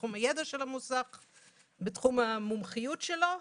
בתחום הידע של המוסך ובתחום המומחיות שלו.